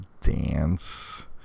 dance